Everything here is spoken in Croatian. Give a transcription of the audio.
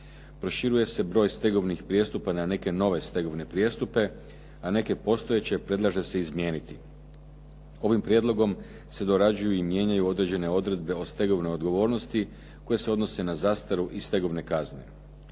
Proširuje se broj stegovnih prijestupa na neke nove stegovne prijestupe, a neke postojeće predlaže se izmijeniti. Ovim prijedlogom se dorađuju i mijenjaju određene odredbe od stegovne odgovornosti koje se odnose na zastaru i stegovne kazne.